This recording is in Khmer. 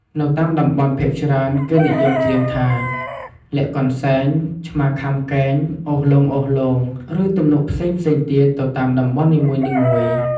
នៅតាមតំបន់ភាគច្រើន គេនិយមច្រៀងថា លាក់កន្សែង ឆ្មាខាំកែង អូសលោងៗ ឬទំនុកផ្សេងៗទៀតទៅតាមតំបន់នីមួយៗ។